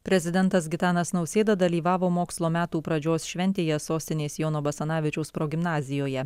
prezidentas gitanas nausėda dalyvavo mokslo metų pradžios šventėje sostinės jono basanavičiaus progimnazijoje